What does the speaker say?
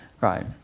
Right